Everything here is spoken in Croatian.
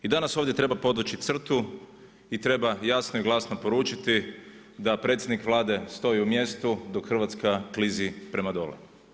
I danas ovdje treba podvući crtu i treba jasno i glasno poručiti da predsjednik Vlade stoji u mjestu dok Hrvatska klizi prema dolje.